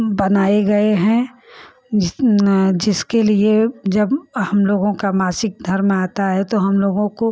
बनाए गए हैं जिसके लिए जब हम लोगों का मासिक धर्म आता है तो हम लोगों को